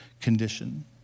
condition